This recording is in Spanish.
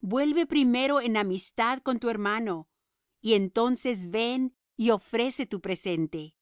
vuelve primero en amistad con tu hermano y entonces ven y ofrece tu presente